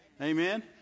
Amen